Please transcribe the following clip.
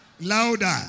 Louder